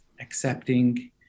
accepting